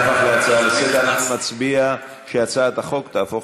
אנחנו נצביע על כך שהצעת החוק תהפוך